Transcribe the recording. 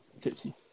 tipsy